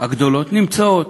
הגדולות נמצאים